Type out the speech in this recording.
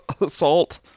assault